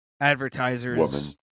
advertiser's